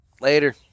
Later